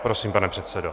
Prosím, pane předsedo.